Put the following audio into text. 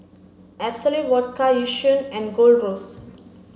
Absolut Vodka Yishion and Gold Roast